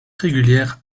régulière